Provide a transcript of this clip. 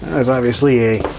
is obviously a